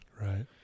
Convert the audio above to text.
Right